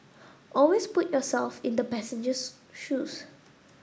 always put yourself in the passenger's shoes